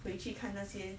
回去看那些